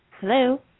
Hello